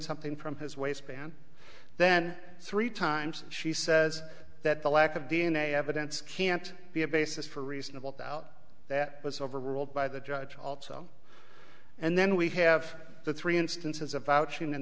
something from his waistband then three times she says that the lack of d n a evidence can't be a basis for reasonable doubt that was overruled by the judge also and then we have the three instances of vouch